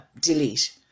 Delete